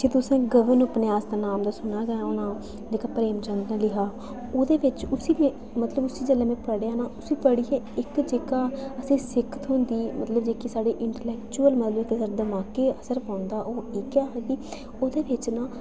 अच्छा तुसें गगन उपन्यास दा नांऽ ते सुनेआ गै होना जेह्का प्रेमचंद जी नै लिखे दा ओह्दे बिच उसी मतलब उसी जेल्लै में पढ़ेआ ना उसी पढ़ियै इक जेह्का असेंगी सिक्ख थ्होंदी मतलब जेह्के साढ़े इंटलेक्चूअल जेह्का दमाकै गी असर पौंदा ओह् इ'यै हा की ओह्दे बिच ना